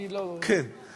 אני לא, הם סימנו.